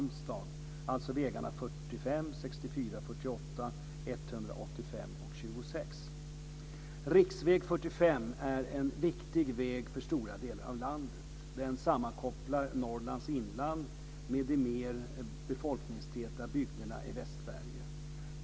Med Riksväg 45 är en viktig väg för stora delar av landet. Den sammankopplar Norrlands inland med de mer befolkningstäta bygderna i Västsverige.